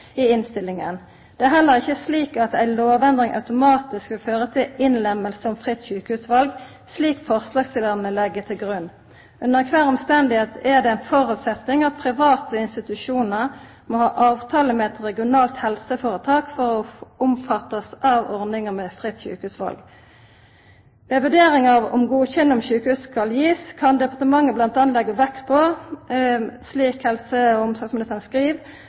i innstillinga. Det er heller ikkje slik at ei lovendring automatisk vil føra til innlemming i fritt sjukehusval, slik forslagsstillarane legg til grunn. I alle høve er det ein føresetnad at private institusjonar må ha avtale med eit regionalt helseføretak for å bli omfatta av ordninga med fritt sjukehusval. Ved vurderinga av om godkjenning som sjukehus skal givast, kan departementet bl.a. leggja vekt på, slik helse- og omsorgsministeren skriv,